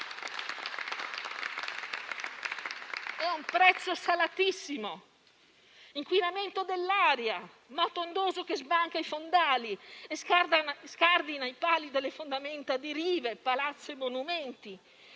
È un prezzo salatissimo: inquinamento dell'aria, moto ondoso che sbanca i fondali e scardina i pali delle fondamenta di rive, palazzi e monumenti;